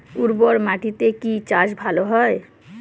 উর্বর মাটিতে কি চাষ ভালো হয়?